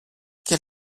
quel